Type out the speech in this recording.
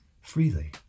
freely